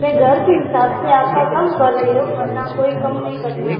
मैं घर के हिसाब से आपका कम कर रही हूँ वरना कोई कम नहीं करता